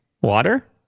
Water